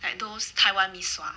like those taiwan mee sua